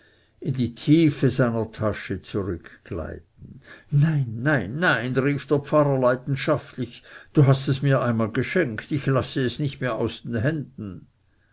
in die tiefe seiner tasche zurückgleiten nein nein nein rief der pfarrer leidenschaftlich du hast es mir einmal geschenkt ich lasse es nicht mehr aus den händen